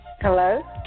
Hello